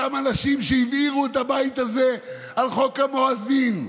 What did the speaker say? אותם אנשים שהבעירו את הבית הזה על חוק המואזין,